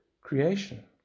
creation